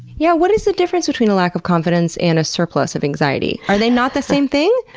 yeah what is the difference between a lack of confidence and a surplus of anxiety? are they not the same thing?